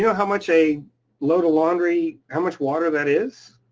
you know how much a load of laundry. how much water that is?